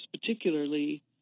particularly